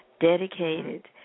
dedicated